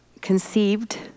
conceived